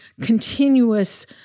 continuous